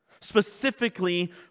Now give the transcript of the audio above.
specifically